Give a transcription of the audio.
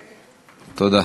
תודה.